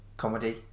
Comedy